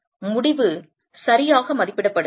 முடிவு சரியாக மதிப்பிடப்படுகிறது